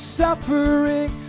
suffering